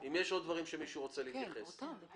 האם יש עוד דברים שמישהו רוצה להתייחס אליהם?